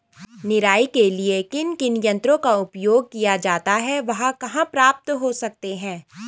निराई के लिए किन किन यंत्रों का उपयोग किया जाता है वह कहाँ प्राप्त हो सकते हैं?